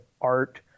art